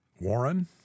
Warren